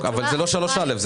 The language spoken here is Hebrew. אבל זה לא סעיף 3(א).